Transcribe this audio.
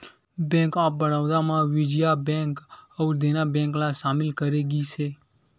bank of Baroda म Vijaya bank अउ Dena bank ल सामिल करे गिस हे